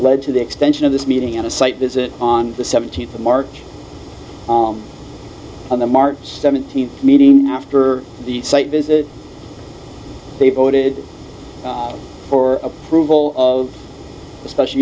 lead to the extension of this meeting on a site visit on the seventeenth of march on the march seventeenth meeting after the site visit they voted for approval of a special